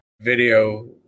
video